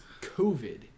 COVID